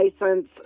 license